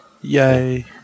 Yay